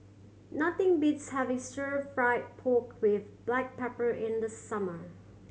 nothing beats having Stir Fry pork with black pepper in the summer